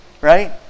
Right